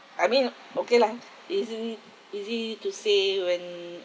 I mean okay lah easily easy to say when